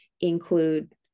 include